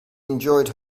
enjoyed